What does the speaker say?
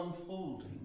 unfolding